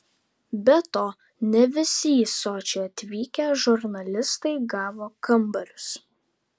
be to ne visi į sočį atvykę žurnalistai gavo kambarius